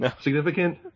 Significant